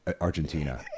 Argentina